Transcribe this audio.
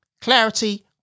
clarity